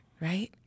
Right